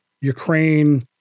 Ukraine